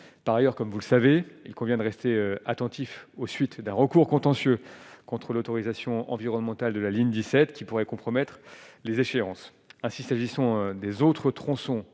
par ailleurs, comme vous le savez, il convient de rester attentif aux suites d'un recours contentieux contre l'autorisation environnementale de la ligne 17 qui pourrait compromettre les échéances, ainsi, s'agissant des autres tronçons